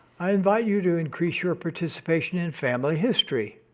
i invite you to increase your participation in family history,